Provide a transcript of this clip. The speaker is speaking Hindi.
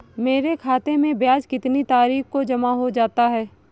मेरे खाते में ब्याज कितनी तारीख को जमा हो जाता है?